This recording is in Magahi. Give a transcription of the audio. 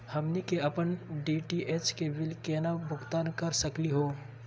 हमनी के अपन डी.टी.एच के बिल केना भुगतान कर सकली हे?